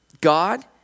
God